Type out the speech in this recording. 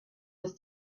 has